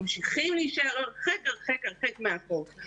ממשיכים להישאר הרחק הרחק מאחור.